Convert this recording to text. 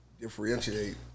differentiate